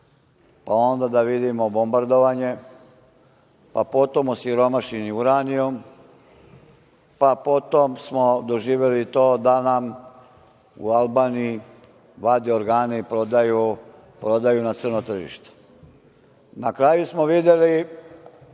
pa onda da vidimo bombardovanje, pa potom osiromašeni uranijum, pa potom smo doživeli to da nam u Albaniji vade organe i prodaju na crno tržište. Na kraju tog ciklusa